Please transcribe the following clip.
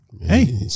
Hey